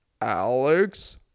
Alex